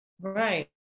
Right